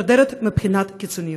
מידרדרת מבחינת קיצוניות.